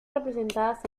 representadas